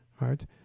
right